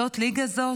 זאת ליגה זאת?